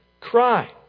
cry